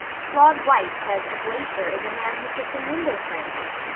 claude white says a glacier is a man who puts in window frames!